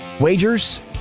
wagers